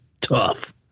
tough